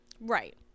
Right